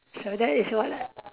so that is what